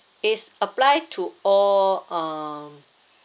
is apply to all um